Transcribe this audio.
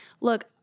look